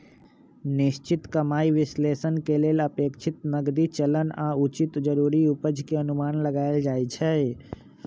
निश्चित कमाइ विश्लेषण के लेल अपेक्षित नकदी चलन आऽ उचित जरूरी उपज के अनुमान लगाएल जाइ छइ